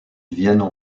viennent